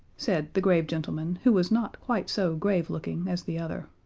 said the grave gentleman who was not quite so grave-looking as the other.